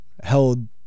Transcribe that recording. held